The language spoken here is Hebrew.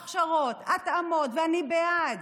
הכשרות, התאמות, אני בעד,